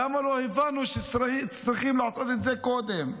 למה לא הבנו שצריכים לעשות את זה קודם?